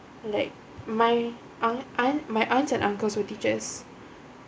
like my aunt aunt my aunt and uncles were teachers